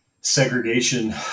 segregation